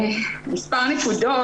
כמו שנאמר